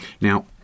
now